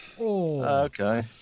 Okay